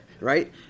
Right